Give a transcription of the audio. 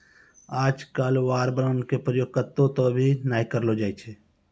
आजकल war bond के प्रयोग कत्तौ त भी नय करलो जाय छै